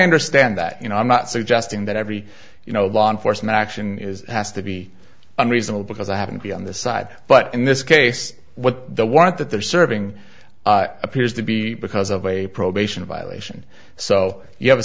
understand that you know i'm not suggesting that every you know law enforcement action is has to be unreasonable because i happen to be on this side but in this case what the warrant that they're serving appears to be because of a probation violation so you have a